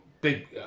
big